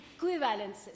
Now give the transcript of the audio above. equivalences